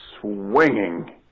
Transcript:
swinging